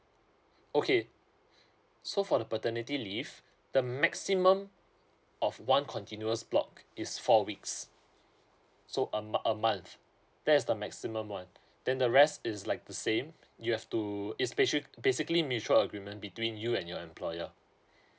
okay so for the paternity leave the maximum of one continuous block is four weeks so a month a month that is the maximum one then the rest is like the same you have to it's basic basically mutual agreement between you and your employer